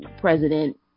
president